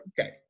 Okay